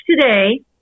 today